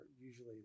usually